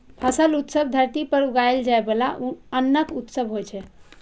फसल उत्सव धरती पर उगाएल जाइ बला अन्नक उत्सव होइ छै